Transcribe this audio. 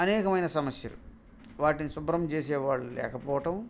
అనేకమైన సమస్యలు వాటిని శుభ్రం చేసేవాళ్ళు లేకపోవటం